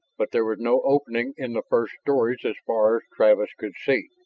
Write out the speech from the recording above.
but there was no opening in the first stories as far as travis could see.